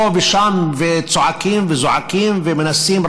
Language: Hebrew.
פה ושם וצועקים וזועקים ומנסים,